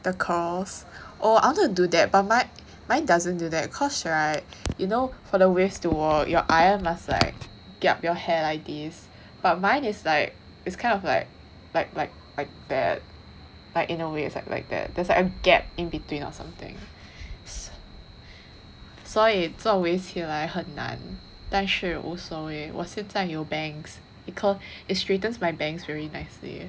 the curls oh I want to do that but mine mine doesn't do that cause [right] in order for the waves to all your iron must like kiap your hair like this but mine is like it's kind of like like like like that but in a way it's like that there's a gap in between or something 所以作 waves 起来很难但是无所谓我现在有 bangs it straightens my bangs very nicely